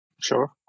Sure